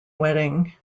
wedding